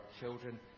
children